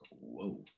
Whoa